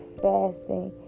fasting